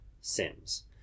sims